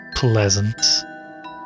Pleasant